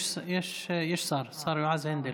יש שר, השר יועז הנדל.